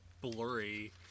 blurry